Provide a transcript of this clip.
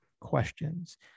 questions